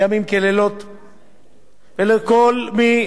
ולכל הצוות המשפטי, לילות כימים.